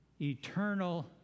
eternal